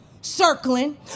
Circling